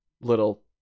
little